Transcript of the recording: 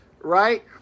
Right